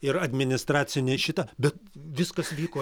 ir administracinę šitą bet viskas vyko